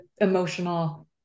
emotional